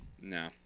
No